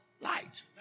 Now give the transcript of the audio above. Light